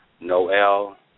Noel